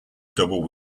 double